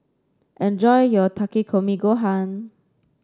enjoy your Takikomi Gohan